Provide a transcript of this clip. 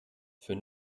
für